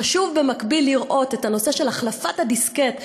חשוב במקביל לראות את הנושא של החלפת הדיסקט,